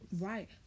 Right